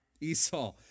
Esau